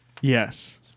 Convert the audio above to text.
Yes